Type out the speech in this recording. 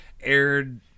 aired